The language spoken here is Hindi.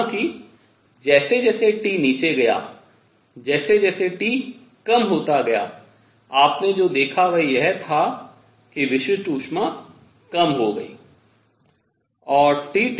हालाँकि जैसे जैसे T नीचे गया जैसे जैसे T कम होता गया आपने जो देखा वह यह था कि विशिष्ट ऊष्मा कम हो गई